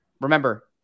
Remember